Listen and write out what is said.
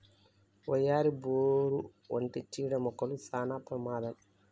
వయ్యారి, బోరు వంటి చీడ మొక్కలు సానా ప్రమాదం